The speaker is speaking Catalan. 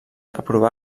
aprovà